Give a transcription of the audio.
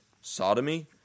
sodomy